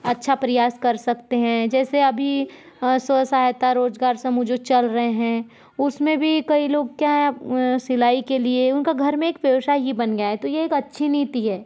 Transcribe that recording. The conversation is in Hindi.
अच्छा प्रयास कर सकते हैं जैसे अभी स्व सहायता रोजगार समूह जो चल राहे हैं उसमें भी कई लोग क्या है सिलाई के लिए उन का घर में एक व्यवसाय ही बन गया है तो ये अच्छी नीति है